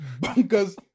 bunkers